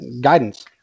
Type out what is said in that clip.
guidance